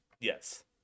Yes